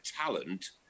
talent